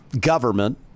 government